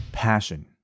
passion